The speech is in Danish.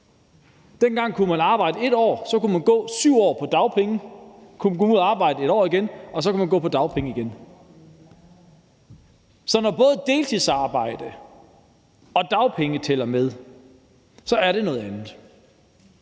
Dengang kunne man arbejde i et år, så kunne man gå 7 år på dagpenge, og så kunne man igen komme ud at arbejde et år, og så kunne man igen gå på dagpenge. Så når både deltidsarbejde og dagpengeperioder tæller med, er det noget andet.